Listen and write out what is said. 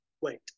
wait